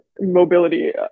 mobility